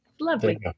Lovely